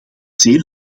zeer